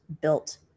built